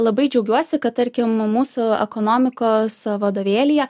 labai džiaugiuosi kad tarkim mūsų ekonomikos vadovėlyje